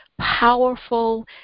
powerful